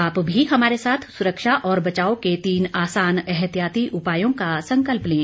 आप भी हमारे साथ सुरक्षा और बचाव के तीन आसान एहतियाती उपायों का संकल्प लें